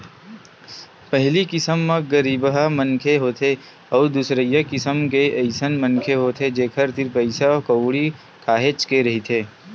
पहिली किसम म गरीबहा मनखे होथे अउ दूसरइया किसम के अइसन मनखे होथे जेखर तीर पइसा कउड़ी काहेच के रहिथे